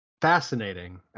fascinating